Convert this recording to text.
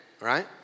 right